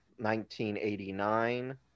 1989